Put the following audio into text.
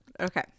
okay